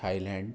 Thailand